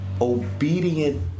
Obedient